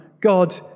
God